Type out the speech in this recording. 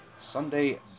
sunday